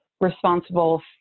responsible